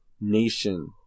nation